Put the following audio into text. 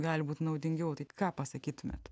gali būt naudingiau tai ką pasakytumėt